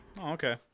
Okay